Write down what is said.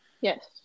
Yes